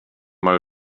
mal